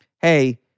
Hey